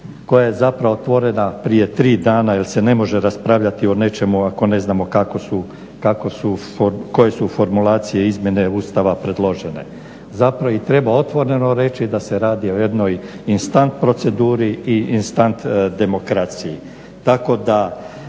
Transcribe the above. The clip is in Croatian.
koja je zapravo otvorena prije tri dana jer se ne može raspravljati o nečemu ako ne znamo koje su formulacije i izmjene Ustava predložene. Zapravo treba otvoreno reći da se radi o jednoj instant proceduri i instant demokraciji